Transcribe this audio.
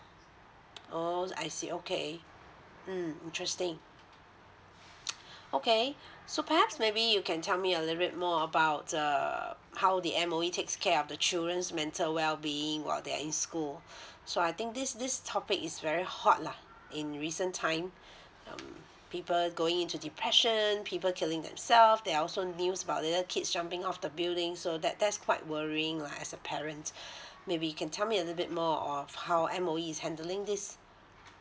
oh I see okay mm interesting okay so perhaps maybe you can tell me a little bit more about uh how the M_O_E takes care of the children's mental well being while they're in school so I think this this topic is very hot lah in recent time um people going into depression people killing themselves there are also news about little kids jumping off the building so that that's quite worrying lah as a parent maybe you can tell me a little bit more of how M_O_E is handling this